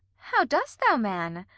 how dost thou, man?